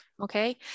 okay